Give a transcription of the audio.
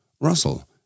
Russell